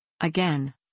Again